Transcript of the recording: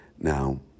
Now